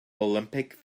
olympic